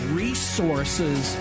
resources